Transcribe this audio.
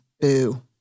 boo